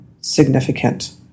significant